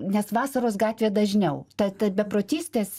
nes vasaros gatvė dažniau tad beprotystės